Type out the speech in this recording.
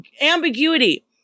ambiguity